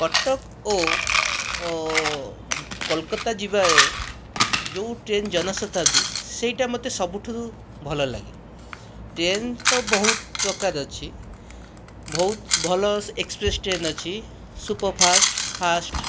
କଟକ ଓ କୋଲକତା ଯିବା ଯେଉଁ ଟ୍ରେନ ଜନଶତାବ୍ଦୀ ସେଇଟା ମୋତେ ସବୁଠୁ ଭଲଲାଗେ ଟ୍ରେନ ତ ବହୁତ ପ୍ରକାର ଅଛି ବହୁତ ଭଲ ଏକ୍ସପ୍ରେସ ଟ୍ରେନ ଅଛି ସୁପରଫାଷ୍ଟ ଫାଷ୍ଟ